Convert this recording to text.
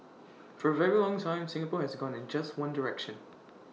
for A very long time Singapore has gone in just one direction